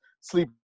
sleep